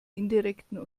indirekten